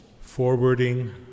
forwarding